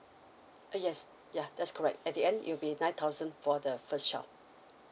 uh yes ya that's correct at the end it will be nine thousand for the first child